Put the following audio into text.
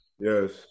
Yes